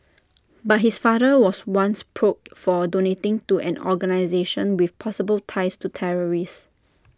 but his father was once probed for donating to an organisation with possible ties to terrorists